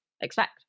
expect